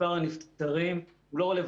מספר הנפטרים הוא לא רלוונטי,